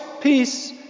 peace